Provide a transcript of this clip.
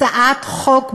הצעת חוק בזויה,